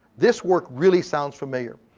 this work really sounds familiar.